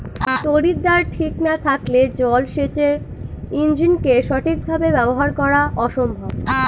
তড়িৎদ্বার ঠিক না থাকলে জল সেচের ইণ্জিনকে সঠিক ভাবে ব্যবহার করা অসম্ভব